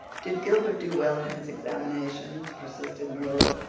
did gilbert do well in his examinations? persisted marilla.